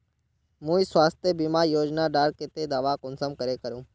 मुई स्वास्थ्य बीमा योजना डार केते दावा कुंसम करे करूम?